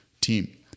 team